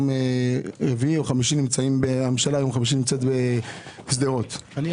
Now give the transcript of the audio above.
רביעי או ביום חמישי הממשלה נמצאת בשדרות לגבי